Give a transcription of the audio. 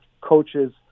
coaches